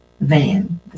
Van